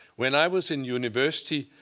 when i was in university,